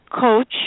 coach